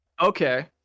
Okay